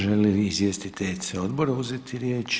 Žele li izvjestiteljice odbora uzeti riječ?